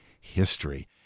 history